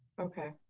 okay,